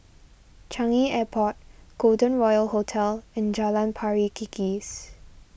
Changi Airport Golden Royal Hotel and Jalan Pari Kikis